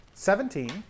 Seventeen